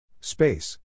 Space